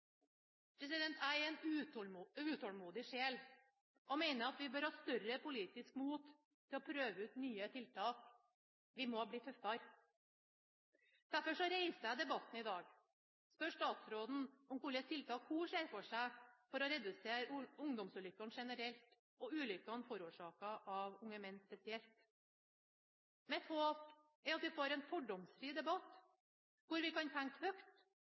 Jeg er en utålmodig sjel og mener at vi bør ha større politisk mot til å prøve ut nye tiltak. Vi må bli tøffere. Derfor reiser jeg debatten i dag og spør statsråden om hvilke tiltak hun ser for seg for å redusere ungdomsulykkene generelt og ulykkene forårsaket av unge menn spesielt. Mitt håp er at vi får en fordomsfri debatt, hvor vi kan tenke